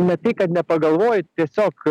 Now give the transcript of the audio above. ne tai kad nepagalvoji tiesiog